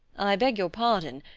i beg your pardon,